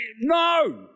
no